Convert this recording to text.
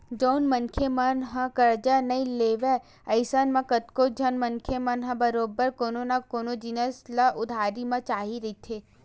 जउन मनखे मन ह करजा नइ लेवय अइसन म कतको झन मनखे मन ल बरोबर कोनो न कोनो जिनिस ह उधारी म चाही रहिथे